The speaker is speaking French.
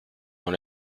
dans